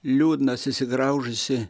liūdną susigraužusį